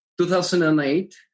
2008